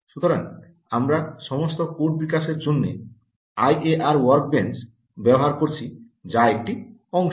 সুতরাং আমরা সমস্ত কোড বিকাশের জন্য আইএআর ওয়ার্ক বেঞ্চ ব্যবহার করেছি যা একটি অংশ